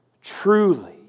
Truly